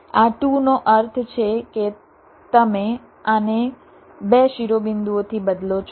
આ 2 નો અર્થ છે કે તમે આને 2 શિરોબિંદુઓથી બદલો છો